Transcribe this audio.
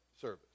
service